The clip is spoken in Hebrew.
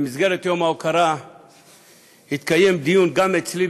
במסגרת יום ההוקרה התקיים דיון גם אצלי,